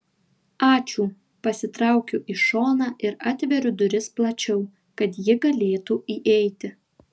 ačiū pasitraukiu į šoną ir atveriu duris plačiau kad ji galėtų įeiti